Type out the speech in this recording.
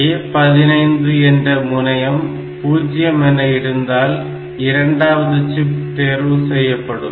A15 என்ற முனையம் பூஜ்ஜியம் என இருந்தால் இரண்டாவது சிப் தேர்வு செய்யப்படும்